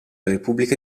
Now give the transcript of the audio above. repubblica